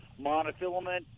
Monofilament